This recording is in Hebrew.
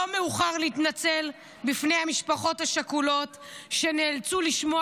לא מאוחר להתנצל בפני המשפחות השכולות שנאלצו לשמוע